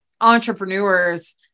entrepreneurs